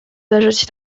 leżeć